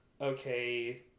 okay